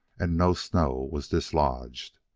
and no snow was dislodged.